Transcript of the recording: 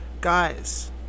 Guys